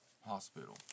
hospital